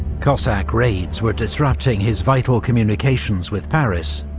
cossack raids were disrupting his vital communications with paris,